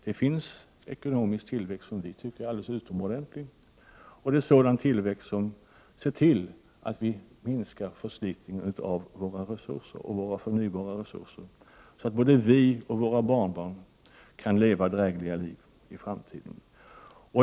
Det finns former av ekonomisk tillväxt som vi tycker är utomordentliga, och det är sådan tillväxt som ser till att vi minskar förslitningen av våra förnybara resurser så att både vi och våra barnbarn i framtiden kan leva drägliga liv.